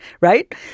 right